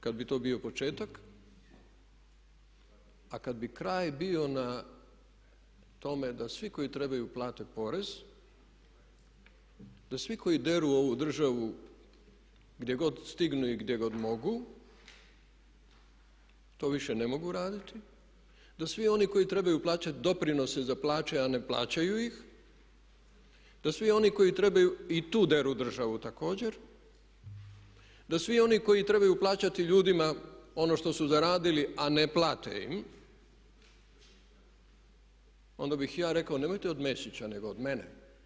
Kad bi to bio početak, a kad bi kraj bio na tome da svi koji trebaju platiti porez, da svi koji deru ovu državu gdje god stignu i gdje god mogu to više ne mogu raditi, da svi oni koji trebaju plaćati doprinose za plaće, a ne plaćaju ih, da svi oni koji trebaju i tu deru državu također, da svi oni koji trebaju plaćati ljudima ono što su zaradili, a ne plate im, onda bih ja rekao nemojte od Mesića nego od mene.